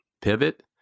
pivot